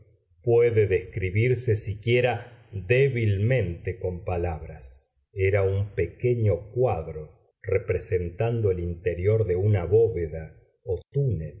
puede describirse siquiera débilmente con palabras era un pequeño cuadro representando el interior de una bóveda o túnel